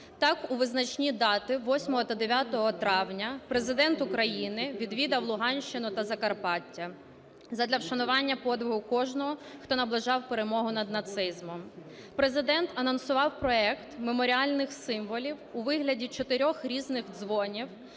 Так, у визначні дати 8 та 9 травня Президент України відвідав Луганщину та Закарпаття задля вшанування подвигу кожного, хто наближав перемогу над нацизмом. Президент анонсував проект меморіальних символів у вигляді чотирьох різних дзвонів